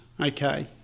okay